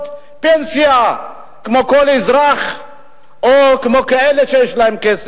פנסיה כמו לכל אזרח או כמו אלה שיש להם כסף?